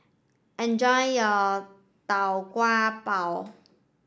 enjoy your Tau Kwa Pau